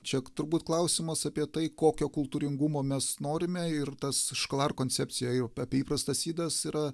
čia turbūt klausimas apie tai kokio kultūringumo mes norime ir tas šklar koncepcija jau apie įprastas ydas yra